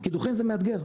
קידוחים זה מאתגר,